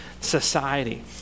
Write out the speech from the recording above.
society